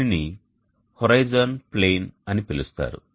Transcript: దీనిని horizon plane అని పిలుస్తారు